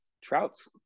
Trout's